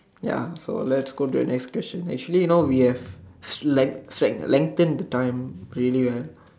ya so let's go to the next destination actually you know we have lengthen the time train you guys